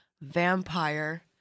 vampire